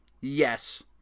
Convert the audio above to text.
yes